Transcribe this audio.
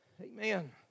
Amen